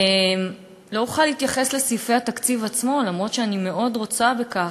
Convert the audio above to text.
לא אוכל להתייחס לסעיפי התקציב עצמו אף שאני מאוד רוצה בכך.